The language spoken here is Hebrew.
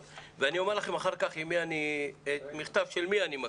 אני אומר לכם אחר כך מכתב של מי אני מקריא,